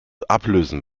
ablösen